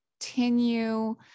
continue